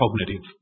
cognitive